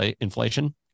inflation